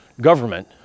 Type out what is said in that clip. government